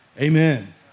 Amen